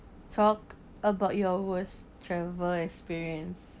talk about your worst travel experience